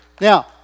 Now